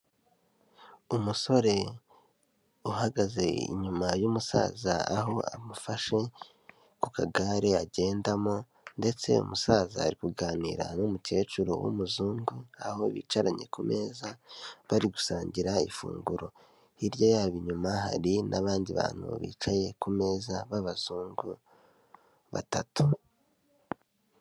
Umusore uhagaze inyuma y'umusaza aho amufashe ku kagare agendamo ndetse umusaza ari kuganira n'umukecuru w'umuzungu, aho bicaranye ku meza, bari gusangira ifunguro. Hirya yabo inyuma hari n'abandi bantu bicaye ku meza b'abazungu batatu.